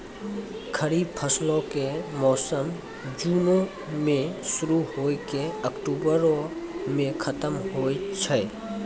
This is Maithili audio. खरीफ फसलो के मौसम जूनो मे शुरु होय के अक्टुबरो मे खतम होय छै